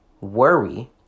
worry